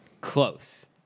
Close